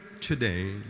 today